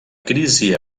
crisi